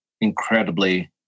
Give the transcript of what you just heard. incredibly